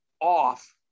off